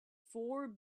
four